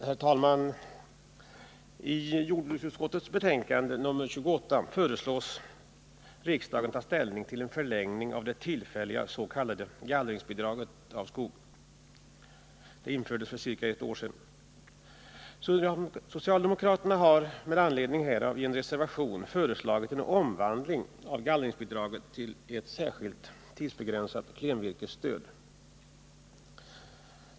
Herr talman! I jordbruksutskottets betänkande nr 28 föreslås riksdagen ta ställning till en förlängning av det tillfälliga bidraget till skogsgallring som infördes för ca ett år sedan. Socialdemokraterna har med anledning härav i en reservation föreslagit en omvandling av gallringsbidraget till ett särskilt tidsbegränsat klenvirkesstöd.